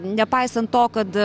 nepaisant to kad